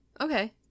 Okay